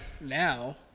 now